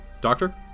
Doctor